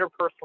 interpersonal